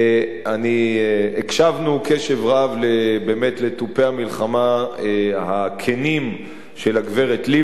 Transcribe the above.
הקשבנו קשב רב לתופי המלחמה הכנים של הגברת לבני.